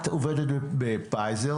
את עובדת בפייזר,